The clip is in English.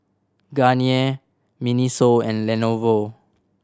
Garnier MINISO and Lenovo